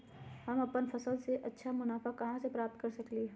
हम अपन फसल से अच्छा मुनाफा कहाँ से प्राप्त कर सकलियै ह?